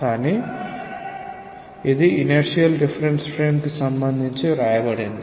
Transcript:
కానీ ఇది inertial reference frame కు సంబంధించి వ్రాయబడింది